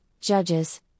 judges